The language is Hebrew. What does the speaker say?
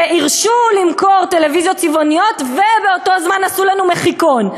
שבה הרשו למכור טלוויזיות צבעוניות ובאותו הזמן עשו לנו מחיקון.